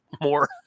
more